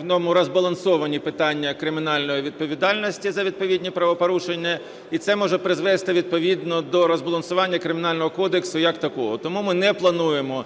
в ньому розбалансовані питання кримінальної відповідальності за відповідні правопорушення, і це може призвести відповідно до розбалансування Кримінального кодексу як такого. Тому ми не плануємо